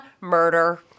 murder